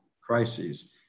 crises